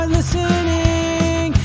Listening